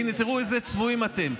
הינה, תראו איזה צבועים אתם.